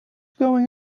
going